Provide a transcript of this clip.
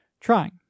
trying